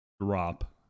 drop